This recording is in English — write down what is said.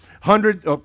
hundreds